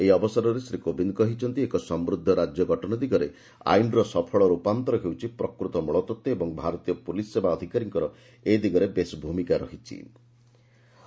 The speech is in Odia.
ଏହି ଅବସରରେ ଶ୍ରୀ କୋବିନ୍ଦ କହିଛନ୍ତି ଏକ ସମୃଦ୍ଧ ରାଜ୍ୟ ଗଠନ ଦିଗରେ ଆଇନର ସଫଳ ରୂପାନ୍ତର ହେଉଛି ପ୍ରକୃତ ମୂଳତତ୍ତ୍ୱ ଏବଂ ଭାରତୀୟ ପୁଲିସ୍ ସେବା ଅଧିକାରୀଙ୍କର ଏ ଦିଗରେ ଭୂମିକା ବେଶ୍ ଗୁରୁତ୍ୱପୂର୍ଣ୍ଣ